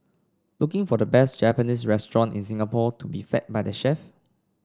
looking for the best Japanese restaurant in Singapore to be fed by the chef